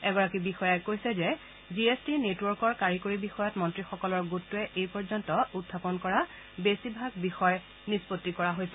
এগৰাকী বিষয়াই কৈছে যে জি এছ টি নেটৱৰ্কৰ কাৰীকৰি বিষয়ত মন্ত্ৰীসকলৰ গোটটোৱে এই পৰ্যন্ত উখাপন কৰা বেছিভাগ বিষয় নিষ্পণ্তি কৰা হৈছে